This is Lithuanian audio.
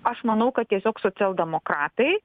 aš manau kad tiesiog socialdemokratai